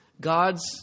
God's